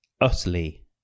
utterly